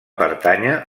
pertànyer